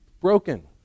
broken